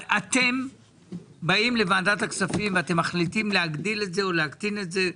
אתם באים לוועדת הכספים ואתם מחליטים להגדיל את זה או להקטין את זה,